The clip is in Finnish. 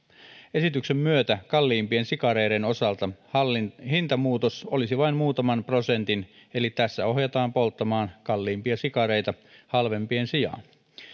esityksen myötä kalliimpien sikareiden osalta hintamuutos olisi vain muutaman prosentin eli tässä ohjataan polttamaan kalliimpia sikareita halvempien sijaan